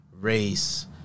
race